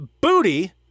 Booty